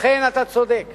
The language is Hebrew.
אכן אתה צודק,